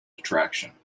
attraction